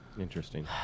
Interesting